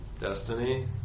Destiny